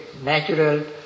natural